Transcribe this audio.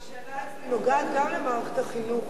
כי השאלה הזאת נוגעת גם למערכת החינוך.